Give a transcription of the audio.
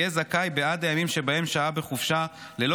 יהיה זכאי בעד הימים שבהם שהה בחופשה ללא